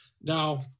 Now